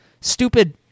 Stupid